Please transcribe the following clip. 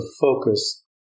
focus